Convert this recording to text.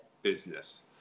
business